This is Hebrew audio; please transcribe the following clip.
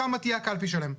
שם תהיה הקלפי שלהם.